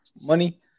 Money